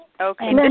Okay